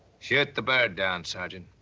shoot the bird down, sergeant.